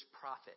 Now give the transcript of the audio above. prophet